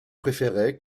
préférait